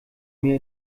mir